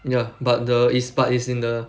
ya but the is but is in the